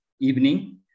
evening